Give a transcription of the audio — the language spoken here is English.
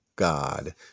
God